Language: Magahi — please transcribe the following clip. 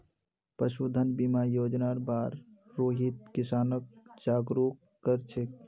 पशुधन बीमा योजनार बार रोहित किसानक जागरूक कर छेक